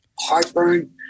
heartburn